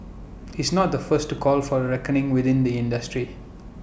he's not the first to call for A reckoning within the industry